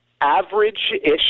average-ish